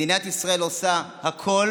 מדינת ישראל עושה הכול